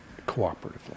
Cooperatively